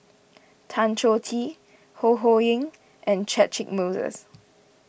Tan Choh Tee Ho Ho Ying and Catchick Moses